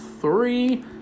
three